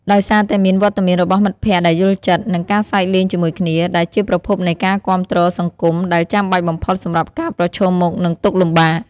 ដោយសារតែមានវត្តមានរបស់មិត្តភក្តិដែលយល់ចិត្ត និងការសើចលេងជាមួយគ្នា ដែលជាប្រភពនៃការគាំទ្រសង្គម ដែលចាំបាច់បំផុតសម្រាប់ការប្រឈមមុខនឹងទុក្ខលំបាក។